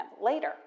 later